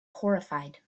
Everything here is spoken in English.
horrified